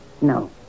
No